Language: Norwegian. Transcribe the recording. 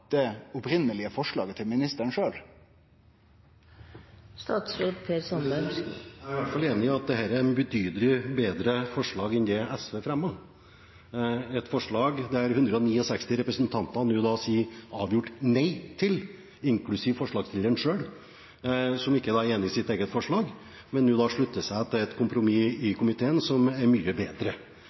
det opphavlege forslaget til ministeren sjølv. Jeg er i hvert fall enig i at dette er et betydelig bedre forslag enn det SV fremmet – et forslag 169 representanter nå sier avgjort nei til, inklusiv forslagsstilleren selv, som ikke er enig i sitt eget forslag, men nå slutter seg til et kompromiss i komiteen som er mye bedre.